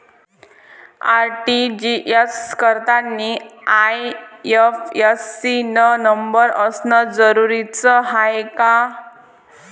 RTGS करतांनी IFSC न number असनं जरुरीच हाय का?